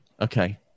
Okay